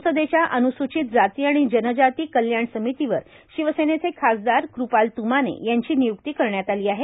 संसदेच्या अन्सूचित जाती आणि जनजाती कल्याण समितीवर शिवसेनेचे खासदार कृपाल तुमाने यांची निय्क्ती करण्यात आली आहे